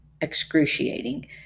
excruciating